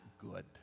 good